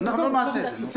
אנחנו נעשה את זה, נו.